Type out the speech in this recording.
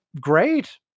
great